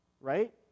right